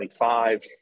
25